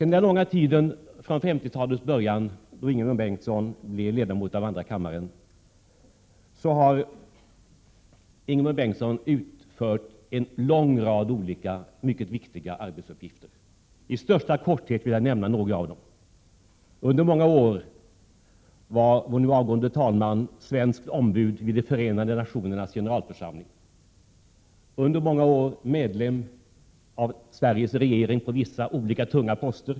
Under den långa tid från 1950-talets början, då Ingemund Bengtsson blev ledamot av andra kammaren, har Ingemund Bengtsson utfört en lång rad olika, mycket viktiga arbetsuppgifter. I största korthet vill jag nämna några av dem. Under många år var vår nu avgående talman svenskt ombud vid Förenta nationernas generalförsamling, och under många år medlem av Sveriges regering på olika tunga poster.